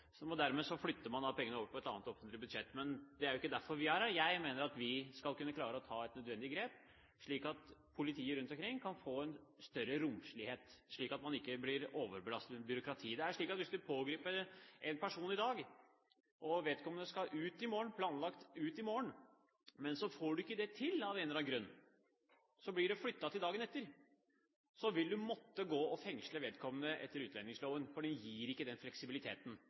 Dermed flytter man pengene over på et annet offentlig budsjett. Men det er jo ikke derfor vi er her. Jeg mener at vi skal kunne klare å ta nødvendige grep, slik at politiet rundt omkring kan få større romslighet, slik at man ikke blir overbelastet med byråkrati. Det er slik at hvis man pågriper en person i dag og det er planlagt at vedkommende skal ut i morgen, men så får man ikke det til av en eller annen grunn, og det blir flyttet til dagen etter, vil man måtte fengsle vedkommende etter utlendingsloven, for den gir ikke den fleksibiliteten.